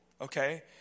okay